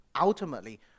ultimately